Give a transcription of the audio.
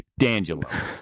Dangelo